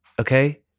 Okay